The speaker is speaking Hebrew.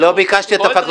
לא ביקשתי את הפקטור,